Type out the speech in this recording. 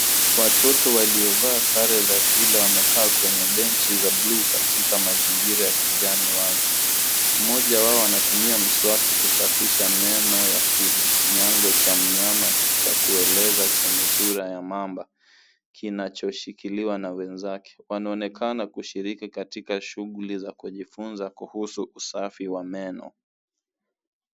Watoto waliovaa sare za shule wamekaa kwenye benchi za buluu katika mazingira ya kijani wazi. Mmoja wao anatumia mswaki kusafisha meno ya kinyago cha mnyama cha kueleza chenye sura ya mamba, kinachoshikiliwa na wenzake. Wanaonekana kushiriki katika shughuli za kujifunza kuhusu usafi wa meno.